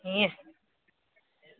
हीअं